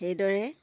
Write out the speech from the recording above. সেইদৰে